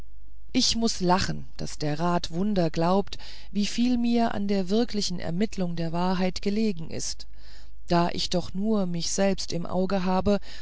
ich muß lachen daß der rat wunder glaubt wieviel mir an der wirklichen ermittlung der wahrheit gelegen ist da ich doch nur mich selbst im auge habe